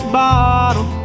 bottle